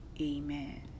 amen